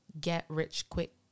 get-rich-quick